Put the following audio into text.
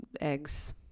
eggs